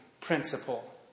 principle